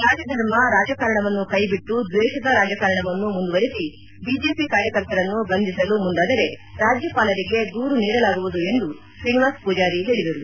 ರಾಜಧರ್ಮ ರಾಜಕಾರಣವನ್ನು ಕೈಬಿಟ್ಟು ದ್ವೇಷದ ರಾಜಕಾರಣವನ್ನು ಮುಂದುವರೆಸಿ ಬಿಜೆಪಿ ಕಾರ್ಯಕರ್ತರನ್ನು ಬಂಧಿಸಲು ಮುಂದಾದರೆ ರಾಜ್ಯಪಾಲರಿಗೆ ದೂರು ನೀಡಲಾಗುವುದು ಎಂದು ಶ್ರೀನಿವಾಸ್ ಪುಜಾರಿ ಹೇಳಿದರು